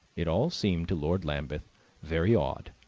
it all seemed to lord lambeth very odd,